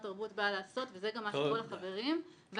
תרבות באה לעשות וזה גם מה שכל החברים ואני